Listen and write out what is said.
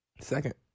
Second